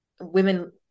women